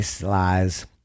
lies